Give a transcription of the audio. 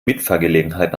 mitfahrgelegenheit